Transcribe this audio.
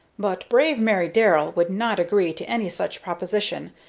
but brave mary darrell would not agree to any such proposition,